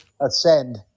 ascend